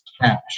cash